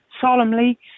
solemnly